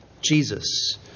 Jesus